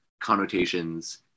connotations